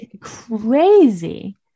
crazy